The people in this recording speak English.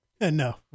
No